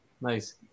Nice